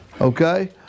Okay